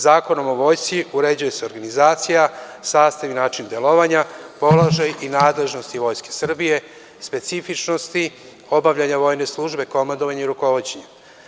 Zakonom o vojsci uređuje se organizacija, sastav i način delovanja, položaj i nadležnosti Vojske Srbije, specifičnosti obavljanja vojne službe, komandovanja i rukovođenja.